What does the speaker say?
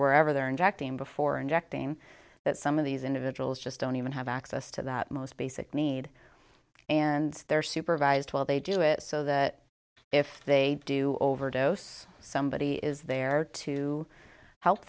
wherever they're injecting before injecting that some of these individuals just don't even have access to that most basic need and they're supervised while they do it so that if they do overdose somebody is there to help